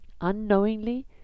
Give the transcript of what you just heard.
Unknowingly